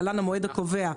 להלן המועד הקובע,